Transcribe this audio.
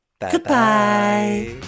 goodbye